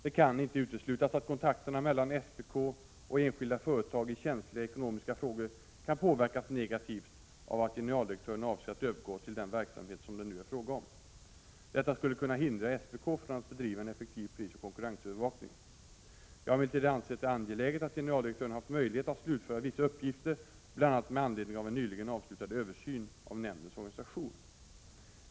Det kan inte uteslutas att kontakterna mellan SPK och enskilda företag i känsliga ekonomiska frågor kan påverkas negativt av att generaldirektören avser att övergå till den verksamhet som det nu är fråga om. Detta skulle kunna hindra SPK från att bedriva en effektiv prisoch konkurrensövervakning. Jag har emellertid ansett det angeläget att generaldirektören haft möjlighet att slutföra vissa uppgifter, bl.a. med anledning av en nyligen avslutad översyn av nämndens organisation.